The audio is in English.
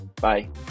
Bye